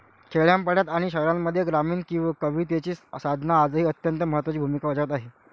खेड्यापाड्यांत आणि शहरांमध्ये ग्रामीण कवितेची साधना आजही अत्यंत महत्त्वाची भूमिका बजावत आहे